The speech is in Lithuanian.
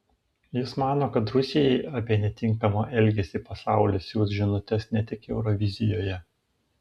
jis mano kad rusijai apie netinkamą elgesį pasaulis siųs žinutes ne tik eurovizijoje